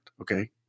okay